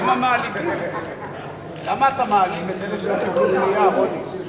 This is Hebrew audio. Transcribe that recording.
למה אתה מעליב את אלה שלא קיבלו פנייה, רוני?